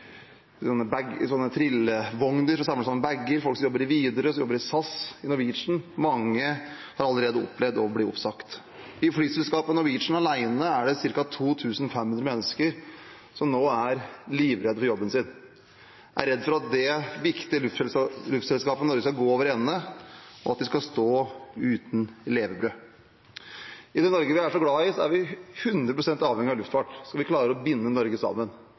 trillevogner, samlet sammen bager. Det er folk som jobber i Widerøe, i SAS, i Norwegian. Mange har allerede opplevd å bli oppsagt. I flyselskapet Norwegian alene er det ca. 2 500 mennesker som nå er livredd for jobben sin, som er redd for at det viktige luftselskapet i Norge skal gå over ende, og at de skal stå uten levebrød. I det Norge vi er så glad i, er vi hundre prosent avhengig av luftfart hvis vi skal klare å binde Norge sammen